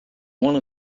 one